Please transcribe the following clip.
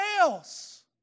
else